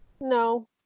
No